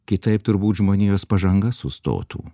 kitaip turbūt žmonijos pažanga sustotų